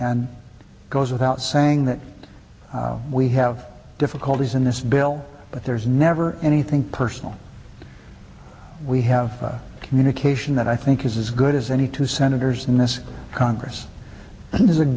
and goes without saying that we have difficulties in this bill but there's never anything personal we have communication that i think is as good as any two senators in this congress